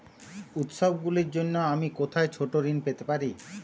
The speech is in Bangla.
উত্সবগুলির জন্য আমি কোথায় ছোট ঋণ পেতে পারি?